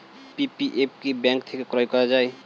PPF কি bank থেকে ক্রয় করা যায়?